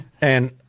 And-